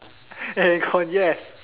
aircon yes